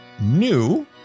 new